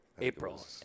April